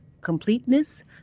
completeness